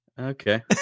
okay